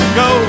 go